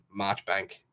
Marchbank